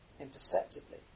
imperceptibly